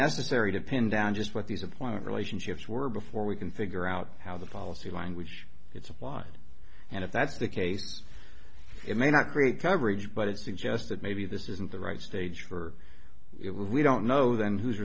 necessary to pin down just what the supplier relationships were before we can figure out how the policy language it's applied and if that's the case it may not create coverage but it suggests that maybe this isn't the right stage for it we don't know then who